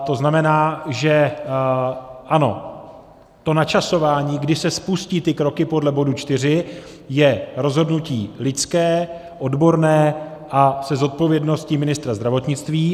To znamená, že ano, to načasování, kdy se spustí ty kroky podle bodu 4, je rozhodnutí lidské, odborné a se zodpovědností ministra zdravotnictví.